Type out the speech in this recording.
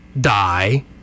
die